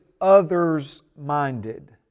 others-minded